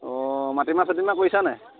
অ মাটিমাহ চাতিমাহ কৰিছা নাই